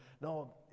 No